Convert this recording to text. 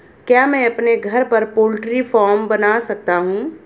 क्या मैं अपने घर पर पोल्ट्री फार्म बना सकता हूँ?